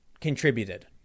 contributed